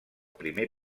primer